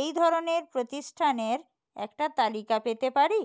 এই ধরনের প্রতিষ্ঠানের একটা তালিকা পেতে পারি